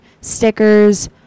stickers